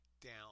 down